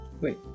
wait